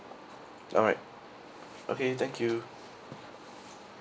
alright okay thank you